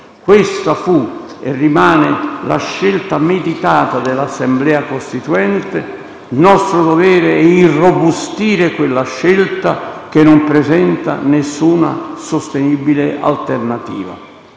Questa fu, e rimane, la scelta meditata dell'Assemblea costituente. Nostro dovere è irrobustire quella scelta che non presenta nessuna sostenibile alternativa.